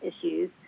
issues